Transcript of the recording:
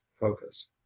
focus